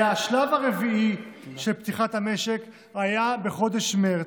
והשלב הרביעי של פתיחת המשק היה בחודש מרץ,